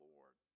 Lord